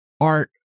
art